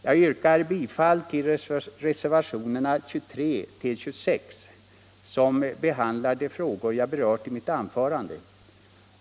Jag yrkar bifall till reservationerna 23-26, som behandlar de frågor jag berört i mitt anförande.